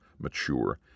mature